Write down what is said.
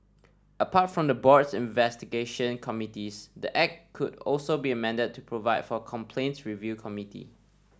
apart from the board's investigation committees the act could also be amended to provide for a complaints review committee